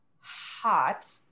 hot